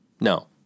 No